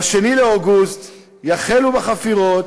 ב-2 באוגוסט יחלו בחפירות,